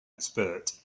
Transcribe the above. expert